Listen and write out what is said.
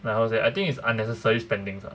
like I was like I think it's unnecessary spendings ah